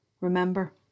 remember